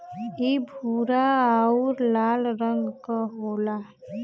इ भूरा आउर लाल रंग क होला